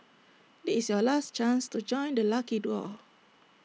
this your last chance to join the lucky draw